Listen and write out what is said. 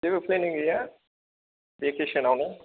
जेबो प्लेनिं गैया भेखेसनावनो